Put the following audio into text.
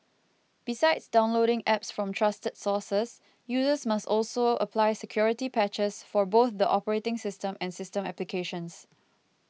besides downloading apps from trusted sources users must also apply security patches for both the operating system and system applications